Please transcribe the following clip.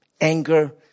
anger